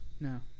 No